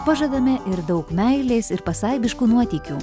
pažadame ir daug meilės ir pasaibiškų nuotykių